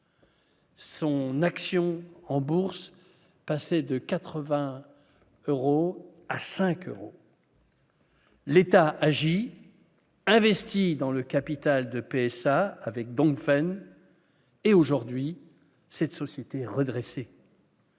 Son action en bourse, passer de 80 euros à 5 euros. L'État agit dans le capital de PSA avec Dongfeng et aujourd'hui cette société redresser.